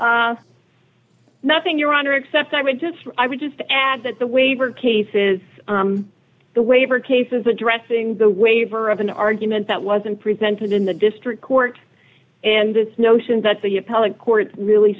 else nothing your honor except i would just i would just add that the waiver cases the waiver cases addressing the waiver of an argument that wasn't presented in the district court and this notion that the appellate court really